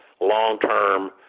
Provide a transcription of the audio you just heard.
long-term